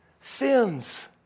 Sins